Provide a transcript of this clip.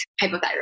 hypothyroid